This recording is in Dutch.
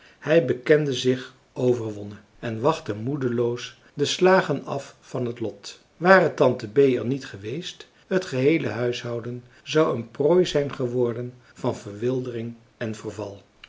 hij bekende zich overwonnen en wachtte moedeloos de slagen af van het lot ware tante bee er niet geweest het geheele huishouden zou een prooi zijn geworden van verwildering en verval